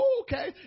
okay